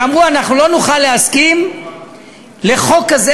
ואמרו: אנחנו לא נוכל להסכים לחוק כזה,